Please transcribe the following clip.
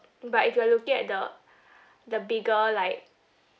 but if you are looking at the the bigger like